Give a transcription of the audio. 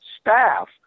staff